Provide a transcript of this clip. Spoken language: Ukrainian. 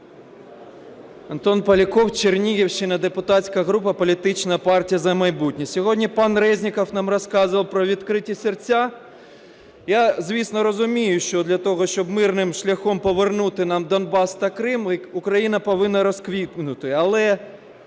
Антон Поляков, Чернігівщина, депутатська група політична партія "За майбутнє". Сьогодні пан Резніков нам розказував про відкриті серця. Я, звісно, розумію, що для того, щоб мирним шляхом повернути нам Донбас та Крим, Україна повинна розквітнути.